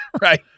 right